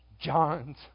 John's